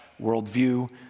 worldview